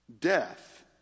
death